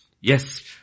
Yes